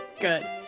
Good